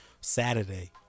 Saturday